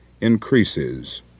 increases